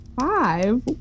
five